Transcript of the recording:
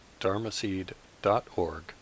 dharmaseed.org